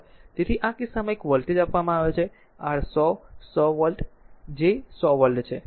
તેથી તેથી આ કિસ્સામાં એક વોલ્ટેજ આપવામાં આવે છે r 100 100 વોલ્ટ જે 100 વોલ્ટ છે